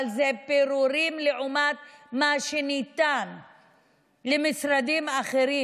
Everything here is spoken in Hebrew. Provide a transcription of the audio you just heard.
אבל אלה פירורים לעומת מה שניתן למשרדים אחרים.